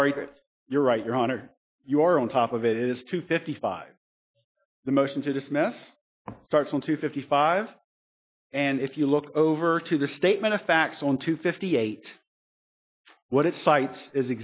chris you're right your honor your on top of it is two fifty five the motion to dismiss starts on two fifty five and if you look over to the statement of facts on two fifty eight what it cites is